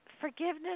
forgiveness